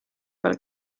peal